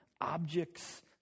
objects